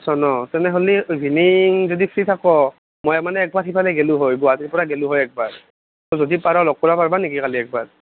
আছ' ন তেনেহ'লে ইভিনিং যদি ফ্ৰী থাক' মই মানে একবাৰ সিফালে গেলোঁ হয় গুৱাহাটীৰ পৰা গেলোঁ হয় একবাৰ যদি পাৰ' লগ কৰ্বা পাৰ্বা নেকি একবাৰ